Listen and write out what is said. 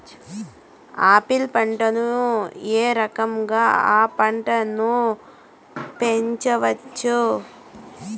Apple పంటను ఏ రకంగా అ పంట ను పెంచవచ్చు?